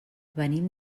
venim